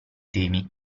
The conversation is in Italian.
temi